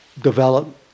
develop